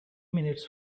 minutes